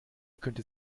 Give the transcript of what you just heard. könnte